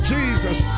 Jesus